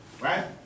Right